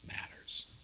matters